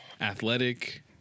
athletic